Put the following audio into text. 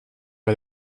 bei